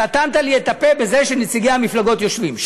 סתמת לי את הפה בזה שנציגי המפלגות יושבים שם.